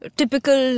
typical